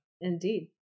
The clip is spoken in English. Indeed